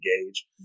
engage